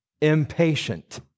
impatient